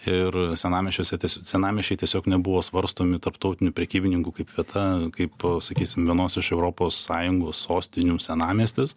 ir senamiesčiuose senamiesčiai tiesiog nebuvo svarstomi tarptautinių prekybininkų kaip vieta kaip sakysim vienos iš europos sąjungos sostinių senamiestis